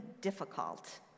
difficult